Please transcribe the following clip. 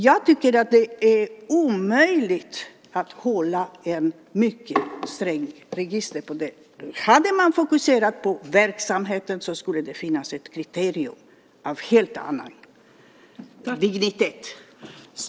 Jag tycker att det är omöjligt att strängt hålla ett register på det. Hade man fokuserat på verksamheten så skulle det finnas ett kriterium av en helt annan dignitet.